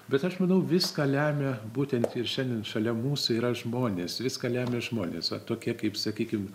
bet aš manau viską lemia būtent ir šiandien šalia mūsų yra žmonės viską lemia žmonės va tokie kaip sakykime